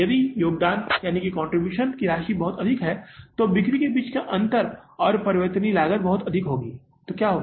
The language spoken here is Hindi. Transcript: यदि योगदान राशि बहुत अधिक है तो बिक्री के बीच अंतर है और परिवर्तनीय लागत बहुत अधिक है तो क्या होगा